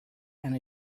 and